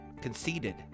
Conceded